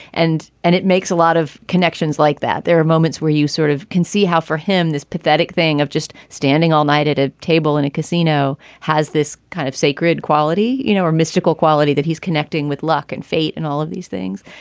and and it makes a lot of connections like that. there are moments where you sort of can see how for him, this pathetic thing of just standing all night at a table in a casino has this kind of sacred quality, you know, a mystical quality that he's connecting with luck and fate and all of these things.